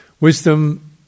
Wisdom